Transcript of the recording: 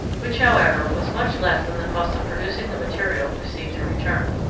which, however, was much less than the cost of producing the material received in return.